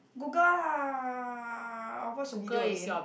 Google ah I will watch the video again